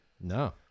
No